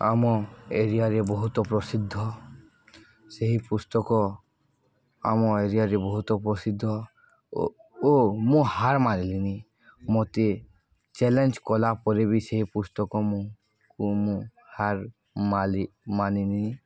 ଆମ ଏରିଆରେ ବହୁତ ପ୍ରସିଦ୍ଧ ସେହି ପୁସ୍ତକ ଆମ ଏରିଆରେ ବହୁତ ପ୍ରସିଦ୍ଧ ଓ ଓ ମୁଁ ହାର ମାନିଲିନି ମୋତେ ଚ୍ୟାଲେଞ୍ଜ କଲା ପରେ ବି ସେହି ପୁସ୍ତକ ମୁଁ କୁ ମୁଁ ହାର ମାଲି ମାନିନି